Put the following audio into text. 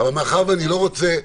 מאחר שאני לא רוצה,